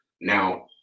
Now